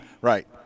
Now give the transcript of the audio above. Right